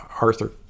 Arthur